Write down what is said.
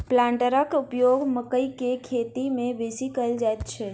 प्लांटरक उपयोग मकइ के खेती मे बेसी कयल जाइत छै